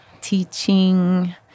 teaching